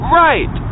right